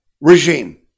regime